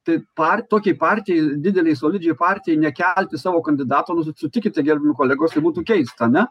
tai par tokiai partijai didelei solidžiai partijai nekelti savo kandidato nu s sutikite gerbiami kolegos tai būtų keista ane